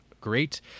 great